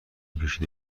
کشیده